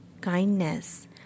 kindness